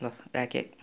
ल राखेँ